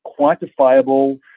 quantifiable